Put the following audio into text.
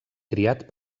criat